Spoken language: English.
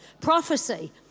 Prophecy